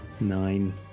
Nine